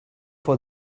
for